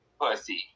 pussy